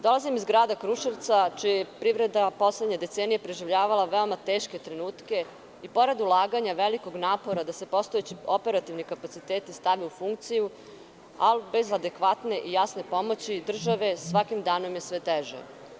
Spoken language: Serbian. Dolazim iz grada Kruševca čija je privreda poslednje decenije preživljavala veoma teške trenutke i pored ulaganja velikog napora da se postojeći operativni kapaciteti stavljaju u funkciju, ali bez adekvatne i jasne pomoći države, svakim danom je sve teže.